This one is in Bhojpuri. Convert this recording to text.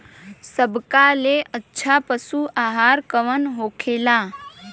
सबका ले अच्छा पशु आहार कवन होखेला?